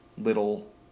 little